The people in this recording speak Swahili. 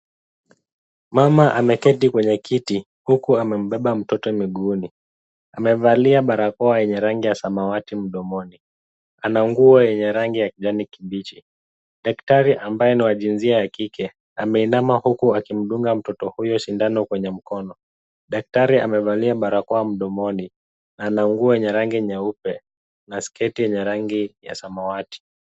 Mama ameketi kwenye kiti, huku amembeba mtoto miguuni. Amevalia barakoa yenye rangi ya samawati mdomoni. Ana nguo yenye rangi ya kijani kibichi. Daktari ambaye ni wa jinsia ya kike, ameinama huku akimdunga mtoto huyo sindano kwenye mkono. Daktari amevalia barakoa mdomoni ana nguo yenye rangi nyeupe na sketi yenye rangi ya samawati.